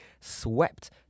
swept